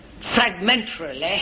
fragmentarily